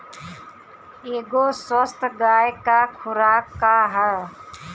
एगो स्वस्थ गाय क खुराक का ह?